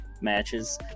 matches